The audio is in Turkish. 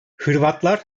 hırvatlar